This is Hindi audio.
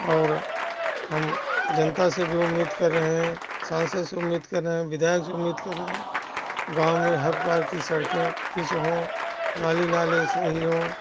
और हम जनता से भी उम्मीद कर रहें हैं सांसद से उम्मीद कर रहें विधायक से उम्मीद कर रहें गाँव में हर प्रकार की सड़कें पिच हों नाली नाले सही हों